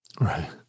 Right